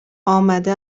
آمده